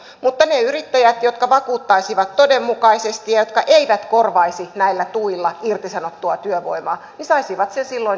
mutta ne yrittäjät jotka vakuuttaisivat todenmukaisesti ja jotka eivät korvaisi näillä tuilla irtisanottua työvoimaa saisivat sen silloin ilman byrokratiaa